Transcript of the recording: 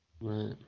Right